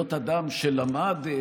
להיות אדם שלמד,